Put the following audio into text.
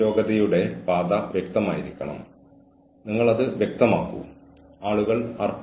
അതിനാൽ ഒരു വിവാദം ഉയർന്നുവരുമെന്ന് നിങ്ങൾക്ക് തോന്നുന്നിടത്ത് രേഖാമൂലമുള്ള ഉത്തരവുകൾ പുറപ്പെടുവിക്കുക